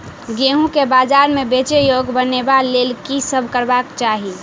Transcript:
गेंहूँ केँ बजार मे बेचै योग्य बनाबय लेल की सब करबाक चाहि?